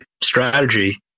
strategy